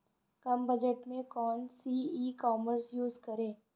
कम budget में कौन सी ई कॉमर्स यूज़ करें?